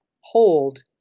hold